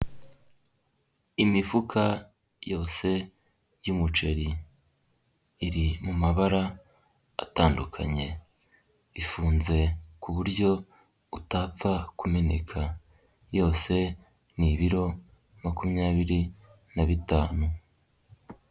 Imifuka yose y'umuceri, iri mumabara atandukanye, ifunze kuburyo utapfa kumeneka, yose ni ibiro makumyabiri na bitanu.